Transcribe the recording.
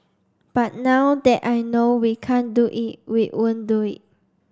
but now that I know we can't do it we won't do it